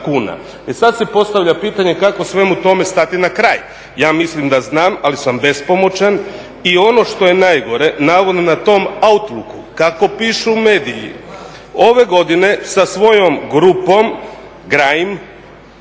E sad se postavlja pitanje kako svemu tome stati na kraj. Ja mislim da znam, ali sam bespomoćan i ono što je najgore, navodno na tom Outlooku kako pišu mediji, ove godine sa svojom grupom Grain